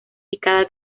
picada